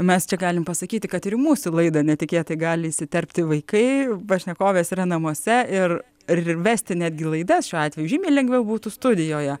mes čia galim pasakyti kad ir į mūsų laidą netikėtai gali įsiterpti vaikai pašnekovės yra namuose ir ir vesti netgi laidas šiuo atveju žymiai lengviau būtų studijoje